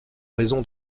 raison